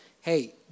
hey